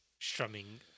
strumming